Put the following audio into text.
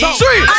three